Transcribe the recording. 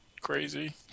crazy